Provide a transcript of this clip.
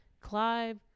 Clive